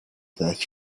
that